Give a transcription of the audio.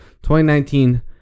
2019